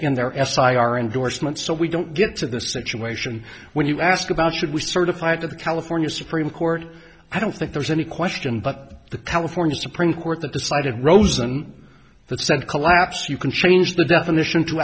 in their s o i are endorsements so we don't get to the situation when you ask about should we certify to the california supreme court i don't think there's any question but the california supreme court that decided rosen that sent collapse you can change the definition